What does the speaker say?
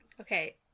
Okay